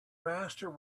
master